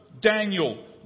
Daniel